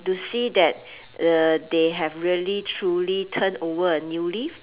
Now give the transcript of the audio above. you see that uh they have really truly turn over a new leaf